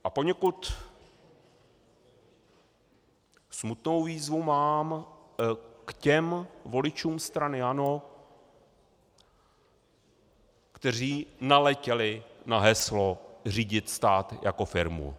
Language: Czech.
A poněkud smutnou výzvu mám k těm voličům strany ANO, kteří naletěli na heslo řídit stát jako firmu.